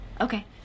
Okay